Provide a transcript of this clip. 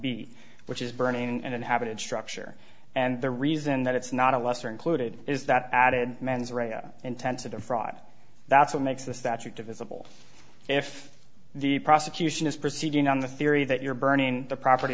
b which is burning and inhabited structure and the reason that it's not a lesser included is that added mens rea intent to defraud that's what makes the statute divisible if the prosecution is proceeding on the theory that you're burning the property